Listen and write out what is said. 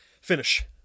finish